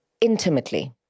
intimately